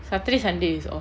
saturday sunday is off